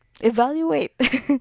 evaluate